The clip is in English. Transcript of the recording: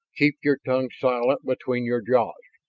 keep your tongue silent between your jaws!